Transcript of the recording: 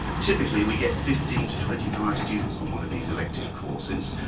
typically we get fifteen to twenty five students on one of these elective courses.